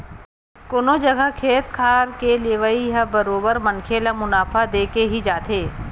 कोनो जघा खेत खार के लेवई ह बरोबर मनखे ल मुनाफा देके ही जाथे